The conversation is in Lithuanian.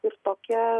ir tokia